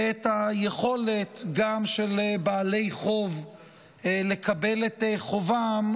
את היכולת של בעלי חוב לקבל את חובם,